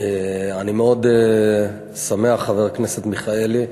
אני מאוד שמח, חבר הכנסת מיכאלי,